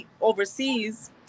overseas